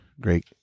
Great